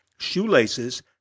shoelaces